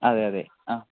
അതെ അതെ ആ